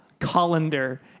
Colander